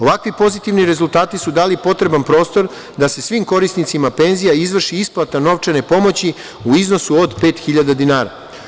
Ovakvi pozitivni rezultati su dali potreban prostor da se svim korisnicima penzija izvrši isplata novčane pomoći u iznosu od 5.000, 00 dinara.